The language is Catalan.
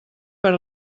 per